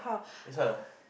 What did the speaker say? this one ah